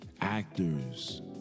Actors